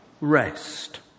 rest